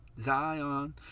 zion